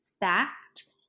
fast